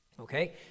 okay